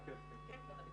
כן, כן.